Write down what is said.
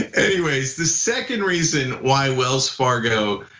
anyways, the second reason why wells fargo